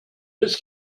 ist